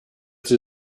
sie